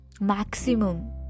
Maximum